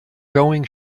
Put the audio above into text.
going